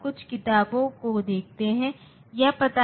अब इस शर्त को पूरा करना होगा